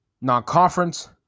non-conference